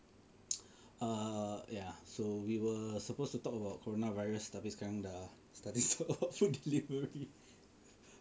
err ya so we were supposed to talk about corona virus tapi sekarang dah starting so much on delivery